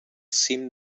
cim